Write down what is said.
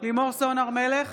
לימור סון הר מלך,